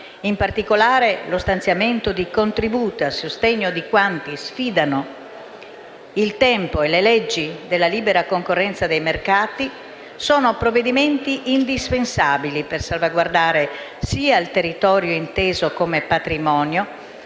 in particolare allo stanziamento di contributi a sostegno di quanti sfidano il tempo e le leggi della libera concorrenza dei mercati - sono indispensabili per salvaguardare sia il territorio, inteso come patrimonio,